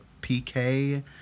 PK